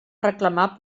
reclamar